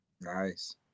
Nice